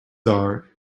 are